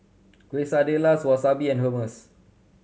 Quesadillas Wasabi and Hummus